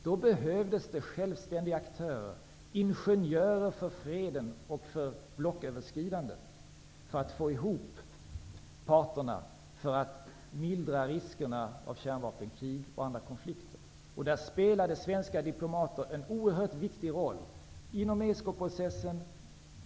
Då behövdes självständiga aktörer, ingenjörer för freden och för blocköverskridande, för att få ihop parterna och för att mildra riskerna för kärnvapenkrig och andra konflikter. Där spelade svenska diplomater en oerhört viktig roll inom ESK-processen.